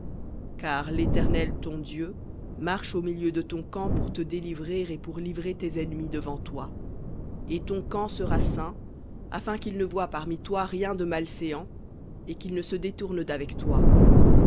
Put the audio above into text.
car l'éternel ton dieu marche au milieu de ton camp pour te délivrer et pour livrer tes ennemis devant toi et ton camp sera saint afin qu'il ne voie parmi toi rien de malséant et qu'il ne se détourne d'avec toi